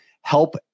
help